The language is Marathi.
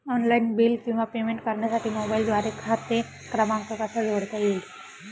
ऑनलाईन बिल किंवा पेमेंट करण्यासाठी मोबाईलद्वारे खाते क्रमांक कसा जोडता येईल?